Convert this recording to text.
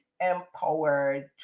empowered